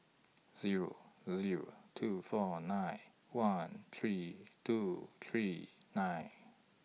Zero A Zero two four nine one three two three nine